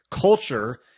culture –